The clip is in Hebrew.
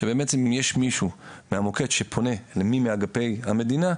שבאמת אם יש מישהו מהמוקד שפונה למי מאגפי המדינה,